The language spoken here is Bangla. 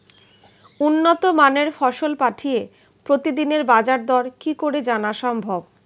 উন্নত মানের ফসল পাঠিয়ে প্রতিদিনের বাজার দর কি করে জানা সম্ভব?